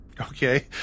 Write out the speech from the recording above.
Okay